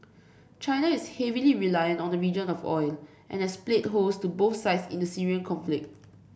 China is heavily reliant on the region of oil and has played host to both sides in the Syrian conflict